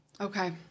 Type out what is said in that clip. Okay